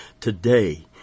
today